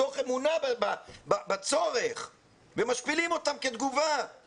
מתוך אמונה בצורך וכתגובה משפילים אותם.